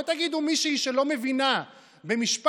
לא תגידו מישהי שלא מבינה במשפט,